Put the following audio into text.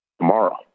tomorrow